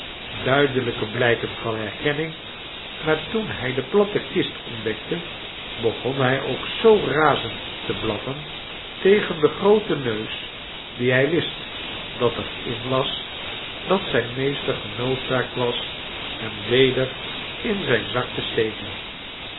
duidelijke blijken van herkenning maar toen hij de platte kist ontdekte begon hij ook zoo razend te blaffen tegen den grooten neus dien hij wist dat er in was dat zijn meester genoodzaakt was hem weder in zijn zak te steken